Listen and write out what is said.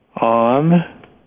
on